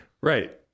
right